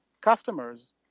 customers